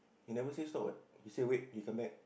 he never say stop what he say wait he come back